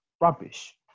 rubbish